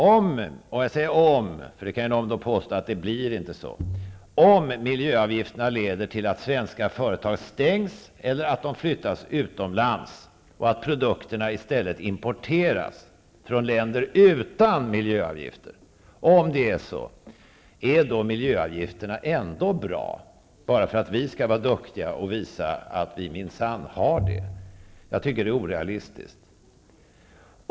Om -- och jag säger om, eftersom någon annars kan påstå att det inte blir så -- miljöavgifterna leder till att svenska företag stängs eller flyttas utomlands och att produkterna i stället importeras från länder utan miljöavgifter, är då miljöavgifterna ändå bra bara för att vi skall vara duktiga och visa att vi minsann har sådana? Jag tycker att det är orealistiskt.